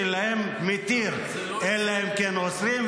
שלהם מתיר אלא כן אוסרים.